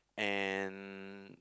and